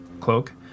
Cloak